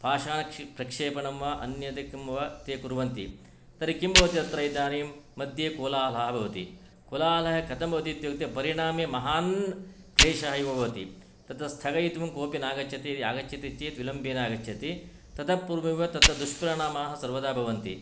पाषाणक्षिप् प्रक्षेपणं वा अन्यदेकं वा ते कुर्वन्ति तर्हि किं भवति अत्र इदानीं मध्ये कोलाहलाः भवति कोलाहलाः कथं भवति इत्युक्ते परिणामे महान् क्लेशः एव भवति तत स्थगयितुं कोपि न आगच्छति यः आगच्छति चेत् विलम्बेन आगच्छति ततः पूर्ववत् तत्र दुष्परिणामाः सर्वदा भवन्ति